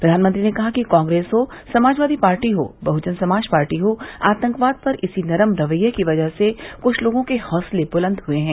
प्रधानमंत्री ने कहा कि कांग्रेस हो समाजवादी पार्टी हो बहुजन समाज पार्टी हो आतंकवाद पर इसी नरम रवैये की वजह से कुछ लोगों के हौसले बुलंद हुए हैं